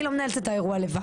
אני לא מנהלת את האירוע לבד.